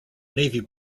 navy